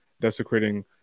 desecrating